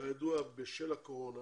כידוע, בשל הקורונה